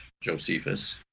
Josephus